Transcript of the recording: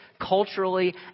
culturally